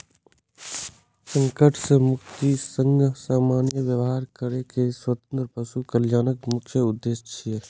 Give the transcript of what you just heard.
संकट सं मुक्तिक संग सामान्य व्यवहार करै के स्वतंत्रता पशु कल्याणक मुख्य उद्देश्य छियै